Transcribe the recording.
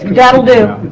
that'll do